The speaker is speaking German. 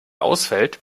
ausfällt